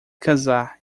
casar